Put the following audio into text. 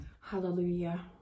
Hallelujah